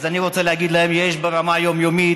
אז אני רוצה להגיד להם: יש ברמה היומיומית